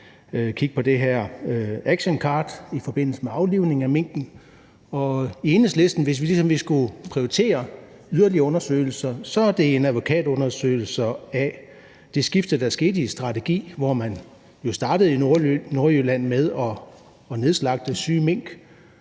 kigge på det her actioncard i forbindelse med aflivningen af minkene. Og hvis vi i Enhedslisten ligesom skulle prioritere yderligere undersøgelser, var det en advokatundersøgelse af det skifte, der skete i strategi, hvor man jo startede i Nordjylland med at nedslagte syge mink,